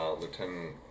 Lieutenant